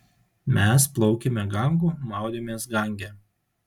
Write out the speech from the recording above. mes plaukėme gangu maudėmės gange